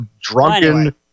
drunken